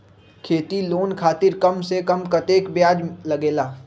खेती लोन खातीर कम से कम कतेक ब्याज लगेला?